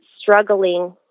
struggling